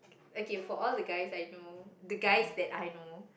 okay for all the guys I know the guys that I know